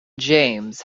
james